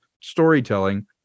storytelling